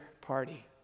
party